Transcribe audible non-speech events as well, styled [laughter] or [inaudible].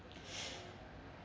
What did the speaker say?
[breath]